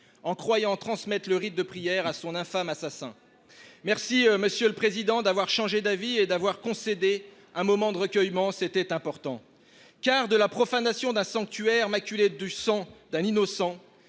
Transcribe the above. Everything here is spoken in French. en croyant transmettre le rite de prière à son infâme assassin. Merci Monsieur le Président d'avoir changé d'avis et d'avoir concédé un moment de recueillement, c'était important. Car de la profanation d'un sanctuaire maculé du sang d'un innocent,